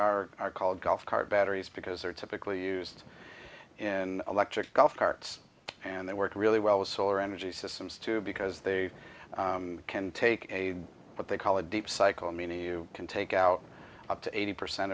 they are called golf cart batteries because they're typically used in electric golf carts and they work really well with solar energy systems too because they can take a what they call a deep cycle meaning you can take out up to eighty percent